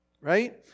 right